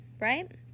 right